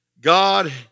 God